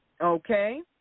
okay